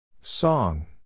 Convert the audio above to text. Song